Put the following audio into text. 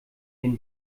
den